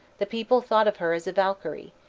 the people thought of her as a valkyrie,